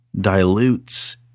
dilutes